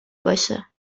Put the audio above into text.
باشه